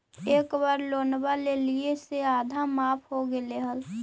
एक बार लोनवा लेलियै से आधा माफ हो गेले हल?